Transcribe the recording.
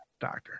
doctor